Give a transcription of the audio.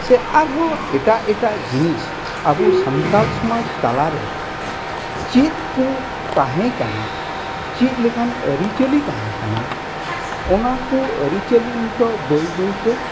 ᱥᱮ ᱟᱨᱦᱚᱸ ᱮᱴᱟᱜ ᱮᱴᱟᱜ ᱡᱤᱱᱤᱥ ᱟᱵᱚ ᱥᱟᱱᱛᱟᱲ ᱥᱚᱢᱟᱡᱽ ᱛᱟᱞᱟᱨᱮ ᱪᱮᱫ ᱠᱚ ᱛᱟᱦᱮᱸ ᱠᱟᱱᱟ ᱪᱮᱫ ᱞᱮᱠᱟᱱ ᱟᱹᱨᱤᱪᱟᱹᱞᱤ ᱛᱟᱦᱮᱸ ᱠᱟᱱᱟ ᱚᱱᱟ ᱠᱚ ᱟᱹᱨᱤᱪᱟᱹᱞᱤ ᱱᱤᱛᱚᱜ ᱵᱟᱹᱭ ᱵᱟᱹᱭᱛᱮ